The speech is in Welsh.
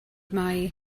mae